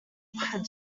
had